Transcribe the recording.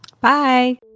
Bye